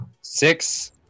Six